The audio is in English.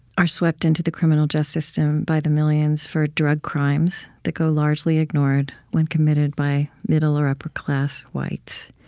are swept into the criminal justice system by the millions for drug crimes that go largely ignored when committed by middle or upper-class whites.